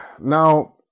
now